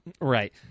right